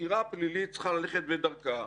החקירה הפלילית צריכה ללכת בדרכה,